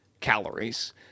calories